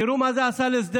תראו מה זה עשה לשדרות,